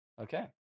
Okay